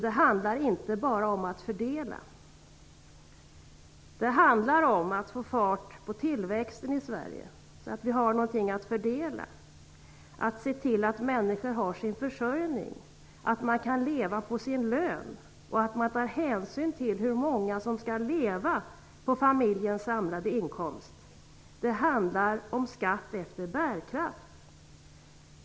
Det handlar inte bara om att fördela. Det handlar om att få fart på tillväxten i Sverige, så att det finns någonting att fördela. Det handlar också om att se till att människor har sin försörjning, att de kan leva på sin lön, och att man tar hänsyn till hur många det är som skall leva på en familjs samlade inkomst. Det handlar om skatt efter bärkraft.